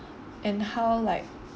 and how like